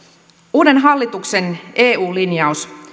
uuden hallituksen eu linjaus